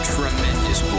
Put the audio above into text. Tremendous